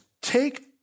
take